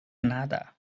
nada